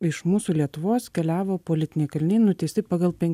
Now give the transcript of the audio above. iš mūsų lietuvos keliavo politiniai kaliniai nuteisti pagal pen